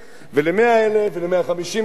ול-100,000 ול-150,000,